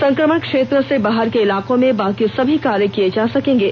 संक्रमण क्षेत्र से बाहर के इलाकों में बाकी सभी कार्य किए जा सकेंगे